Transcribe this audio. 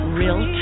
real